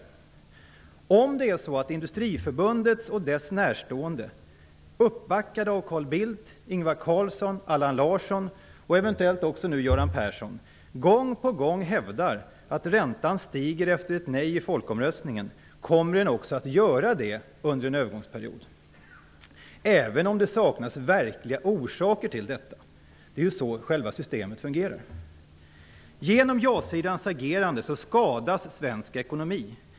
Larsson och eventuellt nu också Göran Persson - gång på gång hävdar att räntan stiger efter ett nej i folkomröstningen kommer den också att göra det över en övergångsperiod, även om det saknas verkliga orsaker till detta. Det är ju så själva systemet fungerar. Genom ja-sidans agerande skadas svensk ekonomi.